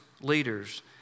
leaders